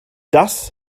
das